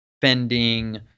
fending